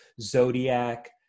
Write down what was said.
Zodiac